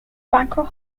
banquet